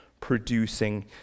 producing